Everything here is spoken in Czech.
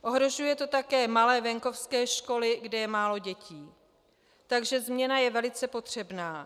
Ohrožuje to také malé venkovské školy, kde je málo dětí, takže změna je velice potřebná.